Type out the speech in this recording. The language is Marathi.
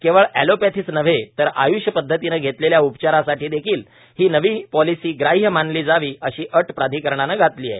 केवळ अॅलोपॅथीच नव्हे तर आय्ष पदधतीनं घेतलेल्या उपचारांसाठी देखील ही नवी पॉलिसी ग्राह्य मानली जावी अशी अट प्राधिकरणानं घातली आहे